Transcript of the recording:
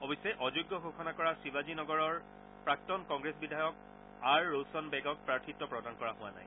অৱশ্যে অযোগ্য ঘোষণা কৰা শিবাজী নগৰৰ প্ৰাক্তন কংগ্ৰেছ বিধায়ক আৰ ৰৌছন বেগক প্ৰাৰ্থিত্ব প্ৰদান কৰা হোৱা নাই